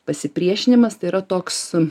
pasipriešinimas tai yra toks